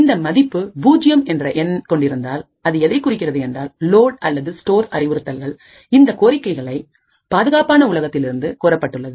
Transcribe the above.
இந்த மதிப்புபூஜ்ஜியம் என்ற எண் கொண்டிருந்தால் அது எதை குறிக்கிறது என்றால் லோட் அல்லது ஸ்டோர் அறிவுறுத்தல்கள் இந்தக் கோரிக்கைகள் பாதுகாப்பான உலகத்திலிருந்து கோரப்பட்டுள்ளன